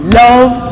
love